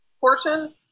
portion